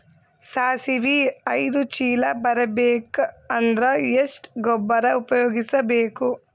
ಸಾಸಿವಿ ಐದು ಚೀಲ ಬರುಬೇಕ ಅಂದ್ರ ಎಷ್ಟ ಗೊಬ್ಬರ ಉಪಯೋಗಿಸಿ ಬೇಕು?